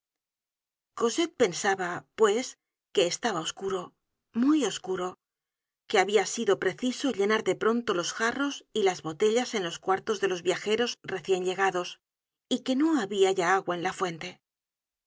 cosette pensaba pues que estaba oscuro muy oscuro que habia sido preciso llenar de pronto los jarros y las botellas en los cuartos de los viajeros recien llegados y que no habia ya agua en la fuente